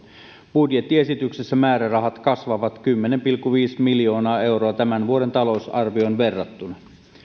budjettiesityksessä määrärahat kasvavat kymmenen pilkku viisi miljoonaa euroa tämän vuoden talousarvioon verrattuna